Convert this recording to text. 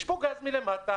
יש פה גז מלמטה,